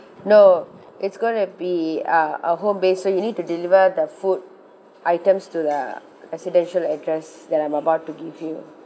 no it's gonna be uh a home based so you need to deliver the food items to the residential address that I'm about to give you